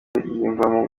yiyumvamo